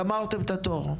גמרתם את התור.